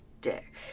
dick